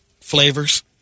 flavors